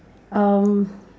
um